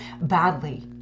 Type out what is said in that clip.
badly